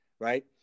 right